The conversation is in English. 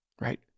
right